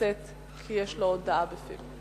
הכנסת כי יש לו הודעה בפיו.